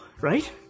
right